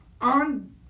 on